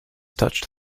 touched